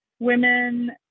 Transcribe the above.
women